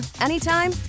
anytime